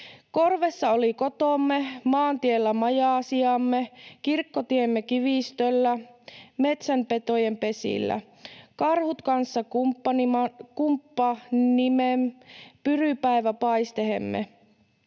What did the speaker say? Korvessa oli kotomme / maantiellä majasijamme. / Kirkkotiemme kivistöllä / metsän petojen pesillä / karhut kanssakumppanimme / pyry päiväpaistehemme.